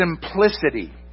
simplicity